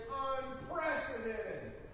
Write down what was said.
unprecedented